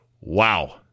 Wow